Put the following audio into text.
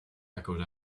echoed